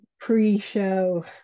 pre-show